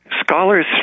scholars